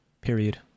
period